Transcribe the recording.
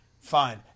fine